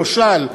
למשל,